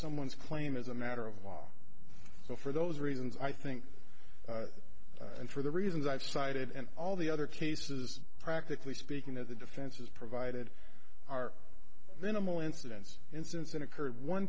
someone's claim as a matter of law so for those reasons i think and for the reasons i've cited and all the other cases practically speaking that the defenses provided are minimal incidents instance in occurred one